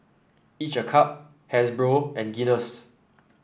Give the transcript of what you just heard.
each a cup Hasbro and Guinness